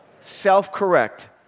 Self-correct